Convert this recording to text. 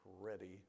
ready